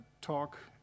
talk